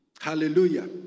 Hallelujah